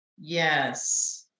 Yes